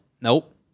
nope